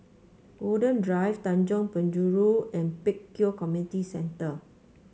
Golden Drive Tanjong Penjuru and Pek Kio Community Centre